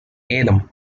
adam